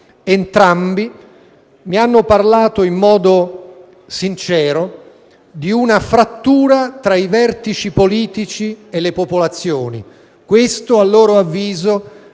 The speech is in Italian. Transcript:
entrambi mi hanno parlato in modo sincero di una frattura tra i vertici politici e le popolazioni. Questo, a loro avviso, è stato